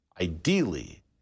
ideally